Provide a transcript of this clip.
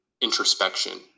introspection